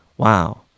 Wow